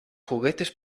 juguetes